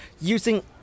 using